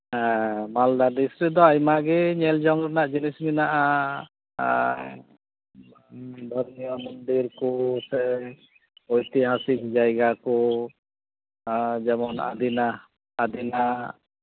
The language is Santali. ᱦᱮᱸ ᱢᱟᱞᱫᱟ ᱰᱤᱥᱴᱨᱤᱠ ᱫᱚ ᱟᱭᱢᱟᱜᱮ ᱧᱮᱞ ᱡᱚᱝ ᱨᱮᱱᱟᱜ ᱡᱤᱱᱤᱥ ᱢᱮᱱᱟᱜᱼᱟ ᱵᱟᱨᱭᱟ ᱢᱚᱱᱫᱤᱨ ᱠᱚᱥᱮ ᱳᱭᱛᱤᱦᱟᱥᱤᱠ ᱡᱟᱭᱜᱟ ᱠᱚ ᱟᱨ ᱡᱮᱢᱚᱱ ᱟᱫᱤᱱᱟ ᱟᱫᱤᱱᱟ